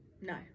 No